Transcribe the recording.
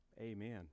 Amen